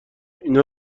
این